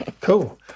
Cool